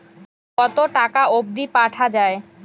কতো টাকা অবধি পাঠা য়ায়?